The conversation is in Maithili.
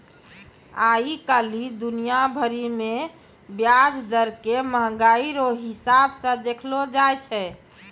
आइ काल्हि दुनिया भरि मे ब्याज दर के मंहगाइ रो हिसाब से देखलो जाय छै